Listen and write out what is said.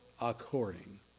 according